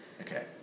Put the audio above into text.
Okay